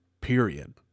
Period